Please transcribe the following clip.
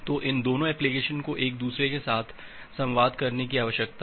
तो इन दोनों एप्लिकेशन को एक दूसरे के साथ संवाद करने की आवश्यकता है